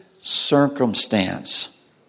circumstance